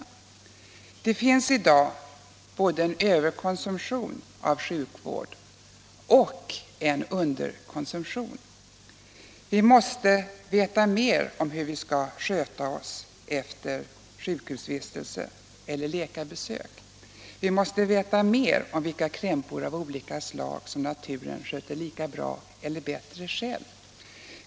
debatt Allmänpolitisk debatt Det finns i dag både en överkonsumtion av sjukvård och en underkonsumtion. Vi måste veta mer om hur vi skall sköta oss efter sjukhusvistelse eller läkarbesök. Vi måste veta mer om vilka krämpor av olika slag som naturen sköter lika bra eller bättre själv.